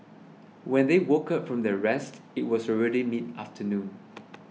when they woke up from their rest it was already mid afternoon